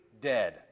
dead